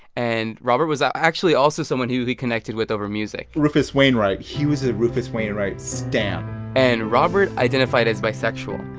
and robert was actually also someone who he connected with over music rufus wainwright. he was a rufus wainwright stan and robert identified as bisexual.